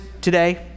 today